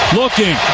looking